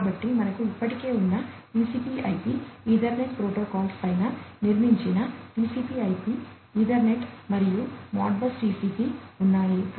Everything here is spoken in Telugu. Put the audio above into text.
కాబట్టి మనకు ఇప్పటికే ఉన్న TCP IP ఈథర్నెట్ ప్రోటోకాల్స్ పైన నిర్మించిన TCP IP ఈథర్నెట్ మరియు మోడ్బస్ TCP ఉన్నాయి